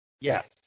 Yes